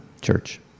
church